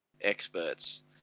Experts